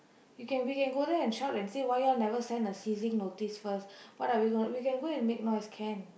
you can we can go there and shout and say why you all never send a ceasing notice first what are we go we can go and make noise can